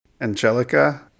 Angelica